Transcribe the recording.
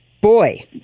boy